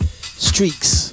streaks